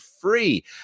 free